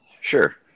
Sure